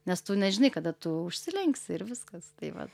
nes tu nežinai kada tu užsilenksi ir viskas tai va